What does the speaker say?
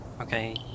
Okay